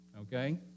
Okay